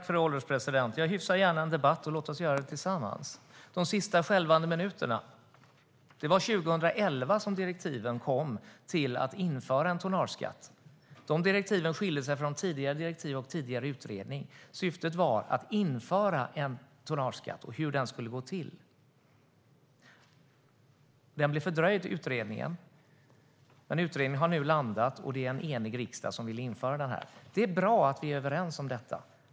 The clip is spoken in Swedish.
Fru ålderspresident! Jag hyfsar gärna debatten. Låt oss göra det tillsammans! "De sista skälvande minuterna", säger statsrådet. Det var 2011 som direktiven kom till utredningen om införande av tonnageskatt. De direktiven skilde sig från tidigare direktiv och tidigare utredning. Syftet var att utreda hur det skulle gå till att införa en tonnageskatt. Utredningen blev fördröjd, men har nu landat, och det är en enig riksdag som vill införa det här. Det är bra att vi är överens om det.